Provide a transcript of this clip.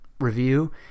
review